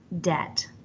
debt